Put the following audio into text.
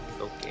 Okay